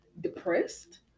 depressed